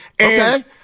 Okay